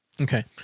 Okay